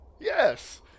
yes